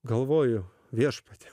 galvoju viešpatie